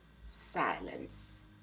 silence